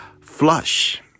flush